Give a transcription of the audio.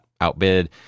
outbid